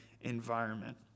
environment